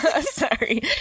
Sorry